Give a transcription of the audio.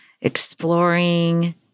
exploring